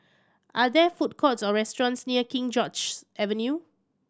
are there food courts or restaurants near King George's Avenue